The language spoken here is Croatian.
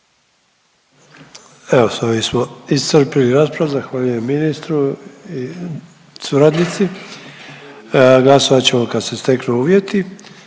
ovim smo iscrpili raspravu. Zahvaljujem ministru i suradnici. Glasovat ćemo kad se steknu uvjeti.